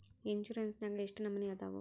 Insurance ನ್ಯಾಗ ಎಷ್ಟ್ ನಮನಿ ಅದಾವು?